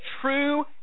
true